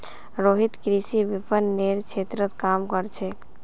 रोहित कृषि विपणनेर क्षेत्रत काम कर छेक